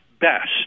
best